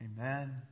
Amen